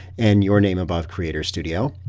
and your name above creator studio.